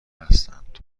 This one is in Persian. هستند